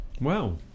Wow